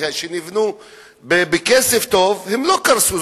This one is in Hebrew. שנבנו בכסף טוב, לא קרסו.